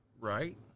Right